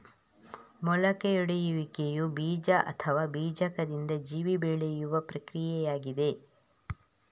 ಮೊಳಕೆಯೊಡೆಯುವಿಕೆಯು ಬೀಜ ಅಥವಾ ಬೀಜಕದಿಂದ ಜೀವಿ ಬೆಳೆಯುವ ಪ್ರಕ್ರಿಯೆಯಾಗಿದೆ